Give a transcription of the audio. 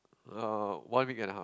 uh one week and a half